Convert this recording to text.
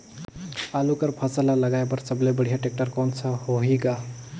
आलू कर फसल ल लगाय बर सबले बढ़िया टेक्टर कोन सा होही ग?